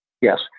yes